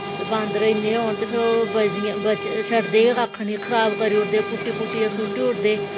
ते बांदर इन्ने होन ते फिर ओह् शड्डदे गै कक्ख निं खराब करी ओड़दे पुट्टी पुट्टियै सुट्टी ओड़दे